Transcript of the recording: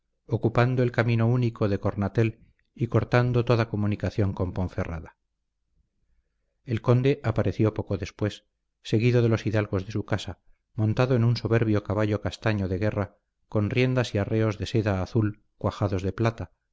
ocupando el camino único de cornatel y cortando toda comunicación con ponferrada el conde apareció poco después seguido de los hidalgos de su casa montado en un soberbio caballo castaño de guerra con riendas y arreos de seda azul cuajados de plata